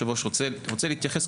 אני רוצה להתייחס,